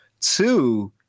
two